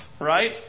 Right